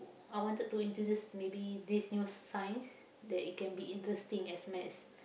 I wanted to introduce maybe this new science that it can be interesting as math